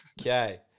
Okay